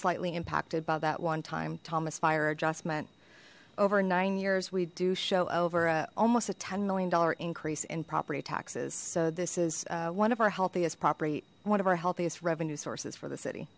slightly impacted by that one time thomas fire adjustment over nine years we do show over almost a ten million dollar increase in property taxes so this is one of our healthiest property one of our healthiest revenue sources for the city